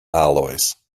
alloys